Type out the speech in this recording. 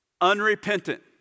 unrepentant